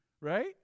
right